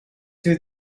two